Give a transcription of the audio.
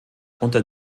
unter